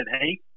Hey